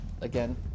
again